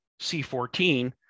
C14